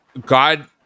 God